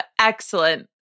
Excellent